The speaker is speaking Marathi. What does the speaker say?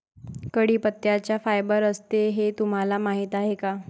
कढीपत्त्यात फायबर असते हे तुम्हाला माहीत आहे का?